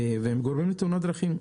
והם גורמים לתאונות דרכים.